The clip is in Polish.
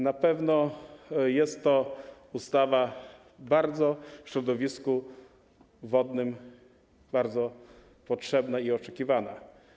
Na pewno jest to ustawa w środowisku wodnym bardzo potrzebna i oczekiwana.